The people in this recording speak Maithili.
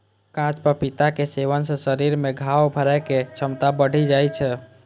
कांच पपीताक सेवन सं शरीर मे घाव भरै के क्षमता बढ़ि जाइ छै